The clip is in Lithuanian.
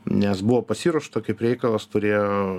nes buvo pasiruošta kaip reikalas turėjo